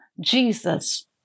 Jesus